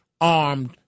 armed